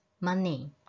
money